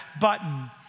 button